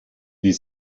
die